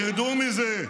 תרדו מזה.